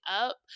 up